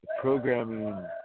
programming